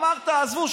אמרת: עזבו,